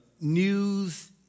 news